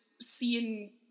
seeing